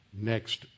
next